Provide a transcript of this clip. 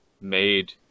made